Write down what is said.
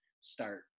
start